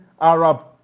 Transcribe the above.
Arab